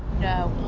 no